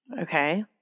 Okay